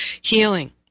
healing